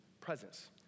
presence